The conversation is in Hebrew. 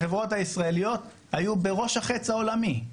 החברות הישראליות היו בראש החץ העולמי,